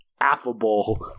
affable